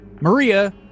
Maria